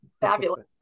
Fabulous